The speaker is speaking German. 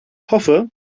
hoffe